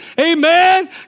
Amen